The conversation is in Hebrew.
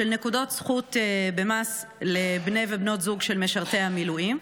על נקודות זכות במס לבני ובנות זוג של משרתי המילואים,